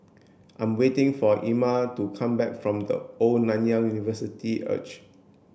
I'm waiting for Erma to come back from The Old Nanyang University Arch